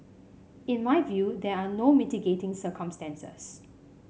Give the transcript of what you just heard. in my view there are no mitigating circumstances